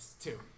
Two